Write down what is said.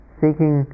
seeking